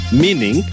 Meaning